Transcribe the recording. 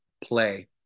play